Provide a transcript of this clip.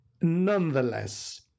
Nonetheless